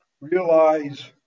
realize